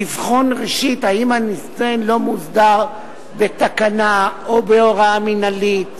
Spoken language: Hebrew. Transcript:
לבחון ראשית אם הנושא לא מוסדר בתקנה או בהוראה מינהלית,